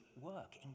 work